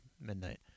midnight